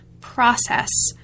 process